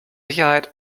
sicherheit